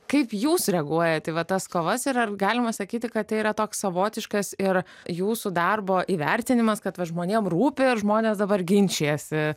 kaip jūs reaguojat į va tas kovas ir ar galima sakyti kad tai yra toks savotiškas ir jūsų darbo įvertinimas kad va žmonėm rūpi ir žmonės dabar ginčijasi